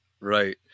Right